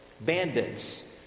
Bandits